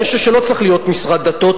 אני חושב שלא צריך להיות משרד דתות,